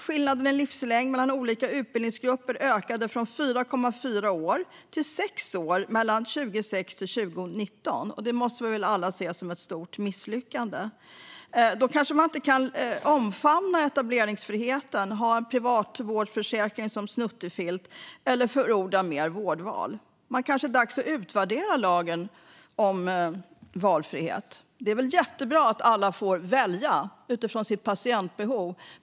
Skillnaden i livslängd mellan olika utbildningsgrupper ökade från 4,4 år till 6 år mellan 2006 och 2019. Det måste vi väl alla se som ett stort misslyckande. Då kanske man inte kan omfamna etableringsfriheten och ha en privat vårdförsäkring som snuttefilt eller förorda mer vårdval. Det är kanske dags att utvärdera lagen om valfrihet. Det är väl jättebra att alla får välja utifrån sitt patientbehov.